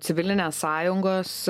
civilinės sąjungos